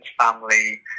family